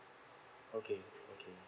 okay okay